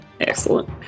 Excellent